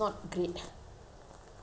it's eight dollars per hour